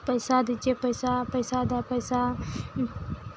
पैसा दीजिए पैसा पैसा दए पैसा